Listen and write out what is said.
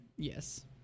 Yes